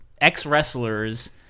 ex-wrestlers